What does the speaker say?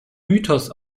mythos